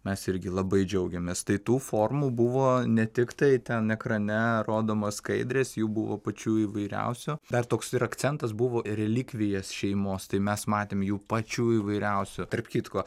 mes irgi labai džiaugėmės tai tų formų buvo ne tiktai ten ekrane rodomos skaidrės jų buvo pačių įvairiausių dar toks ir akcentas buvo relikvijas šeimos tai mes matėm jų pačių įvairiausių tarp kitko